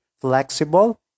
flexible